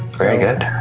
very good!